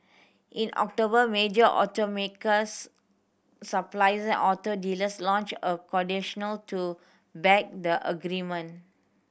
in October major auto makers auto dealers launched a to back the agreement